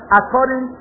according